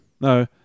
No